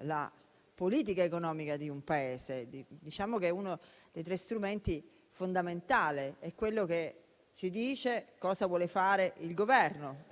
la politica economica del Paese; è uno dei tre strumenti fondamentali, è quello che ci dice cosa vuole fare il Governo.